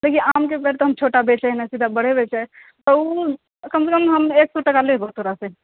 देखिओ आमके पेड़ तऽ हम छोटा बेचै नहि छी बड़े बेचै ओहिमे कम से कम हम एक सए टका लेबौ तोरा से